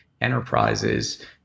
enterprises